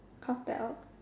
cut it off